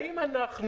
האם אנחנו,